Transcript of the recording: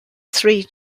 three